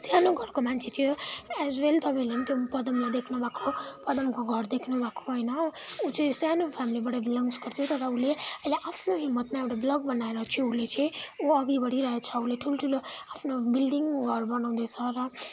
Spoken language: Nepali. सानो घरको मान्छे थियो एज वेल तपाईँहरूले पनि त्यो पदमलाई देख्नु भएको हो पदमको घर देख्नुभएको हो होइन ऊ चाहिँ सानो फ्यामिलीबाट बिल्ङ्ग्स गर्थ्यो तर उसले अहिले आफ्नो हिम्मतमा एउटा ब्लग बनाएर चाहिँ उसले चाहिँ ऊ अघि बढिरहेछ उसले ठुल्ठुलो आफ्नो बिल्डिङ घर बनाउँदैछ र